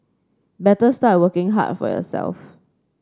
better start working hard for yourself